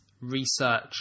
research